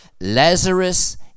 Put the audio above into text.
Lazarus